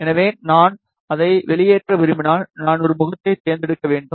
எனவே நான் அதை வெளியேற்ற விரும்பினால் நான் ஒரு முகத்தைத் தேர்ந்தெடுக்க வேண்டும்